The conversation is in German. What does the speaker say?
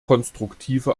konstruktive